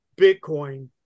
Bitcoin